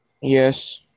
Yes